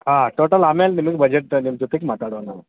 ಹಾಂ ಟೋಟಲ್ ಆಮೇಲೆ ನಿಮಿಗೆ ಬಜೆಟ್ ನಿಮ್ಮ ಜೊತಿಗೆ ಮಾತಾಡೋಣ